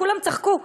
כולם צחקו.